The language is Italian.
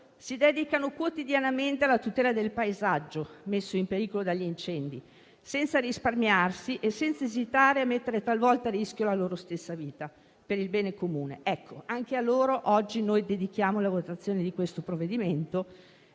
si dedicano quotidianamente alla tutela del paesaggio messo in pericolo dagli incendi, senza risparmiarsi e senza esitare a mettere talvolta a rischio la loro stessa vita per il bene comune. Anche a loro oggi noi dedichiamo la votazione di questo provvedimento